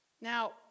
Now